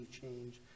change